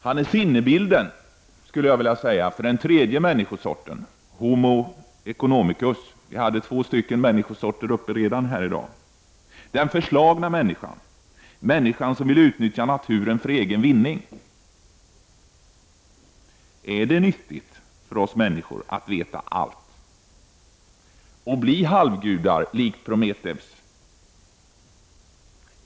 Han är sinnebilden för den tredje människosorten — vi hade två andra uppe förut i dag - homo economicus, den förslagna människan som vill utnyttja naturen för egen vinning. Är det nyttigt för oss människor att veta allt och bli halvgudar likt Prometheus?